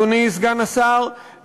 אדוני סגן השר,